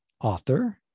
author